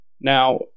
Now